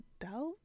doubt